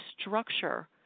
structure